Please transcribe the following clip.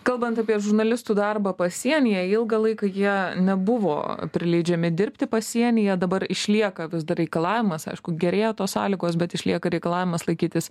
kalbant apie žurnalistų darbą pasienyje ilgą laiką jie nebuvo prileidžiami dirbti pasienyje dabar išlieka vis dar reikalavimas aišku gerėja tos sąlygos bet išlieka reikalavimas laikytis